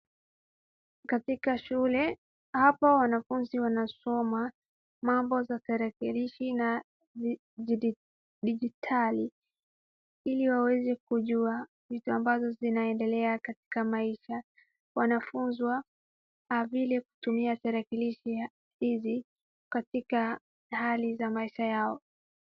Katika shule, hapa wanafunzi wanasoma mabozya tarakilishi na dijitali ili waweze kujua vitu ambavyo vinaendelea katika maisha, wanafunzwa vile kutumia tarakilishi hizi katika pahali za maisha yao,